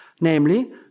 namely